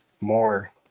more